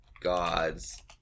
gods